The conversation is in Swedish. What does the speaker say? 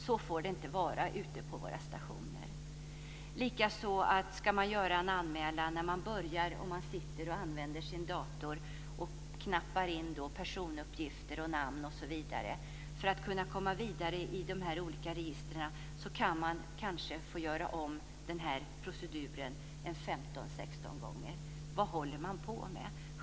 Så får det inte vara ute på våra stationer. Likadant är det när en anmälan ska göras. Polisen sitter vid sin dator och knappar in personuppgifter, namn osv. För att komma vidare i de här registren kan det ibland vara nödvändigt att göra om proceduren 15-16 gånger. Vad håller man på med?